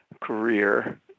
career